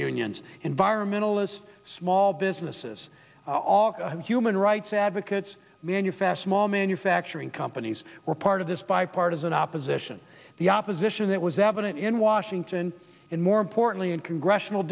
unions environmentalists small businesses all human rights advocates manuf s mall manufacturing companies were part of this bipartisan opposition the opposition that was evident in washington and more importantly in congressional